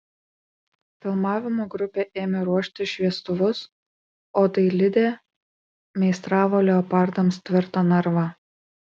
filmavimo grupė ėmė ruošti šviestuvus o dailidė meistravo leopardams tvirtą narvą